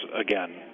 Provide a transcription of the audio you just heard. again